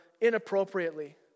inappropriately